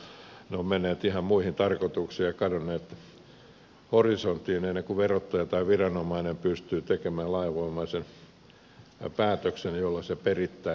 ne on menneet ihan muihin tarkoituksiin ja kadonneet horisonttiin ennen kuin verottaja tai viranomainen pystyy tekemään lainvoimaisen päätöksen jolla se perittäisiin